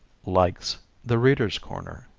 likes the readers' corner